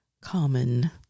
common